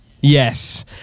Yes